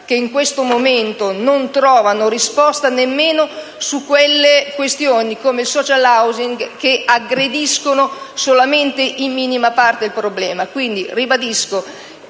che in questo momento non trovano risposta neppure alle questioni, come il *social housing*, che aggrediscono solamente in minima parte il problema.